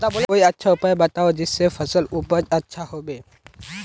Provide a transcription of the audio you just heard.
कोई अच्छा उपाय बताऊं जिससे फसल उपज अच्छा होबे